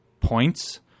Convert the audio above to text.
points